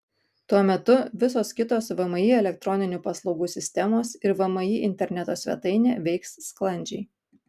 tuo metu visos kitos vmi elektroninių paslaugų sistemos ir vmi interneto svetainė veiks sklandžiai